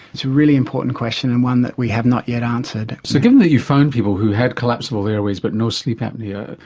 it's a really important question and one that we have not yet answered. so given that you found people who had collapsible airwaves but no sleep apnoea,